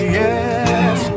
yes